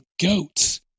goats